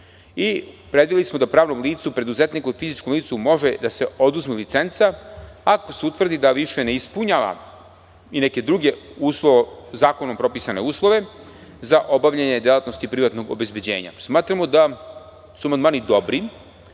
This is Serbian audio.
Predvideli smo da pravnom licu, preduzetniku i fizičkom licu može da se oduzme licenca, ako se utvrdi da više ne ispunjava i neke druge zakonom propisane uslove za obavljanje delatnost privatnog obezbeđenja. Smatramo da su amandmani dobri,